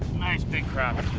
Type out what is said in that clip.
nice big crappie,